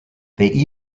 they